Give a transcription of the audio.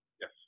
Yes